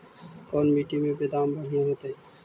कोन मट्टी में बेदाम बढ़िया होतै?